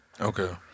Okay